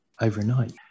overnight